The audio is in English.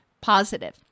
positive